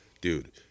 Dude